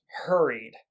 hurried